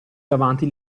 davanti